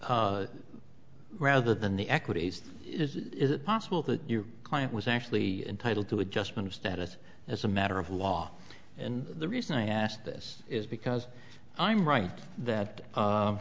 rather than the equities is it possible that your client was actually entitled to adjustment of status as a matter of law and the reason i ask this is because i'm right that